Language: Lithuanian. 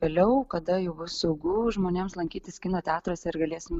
vėliau kada jau bus saugu žmonėms lankytis kino teatruose ir galėsim